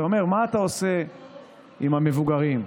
אתה אומר, מה אתה עושה עם המבוגרים,